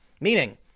Meaning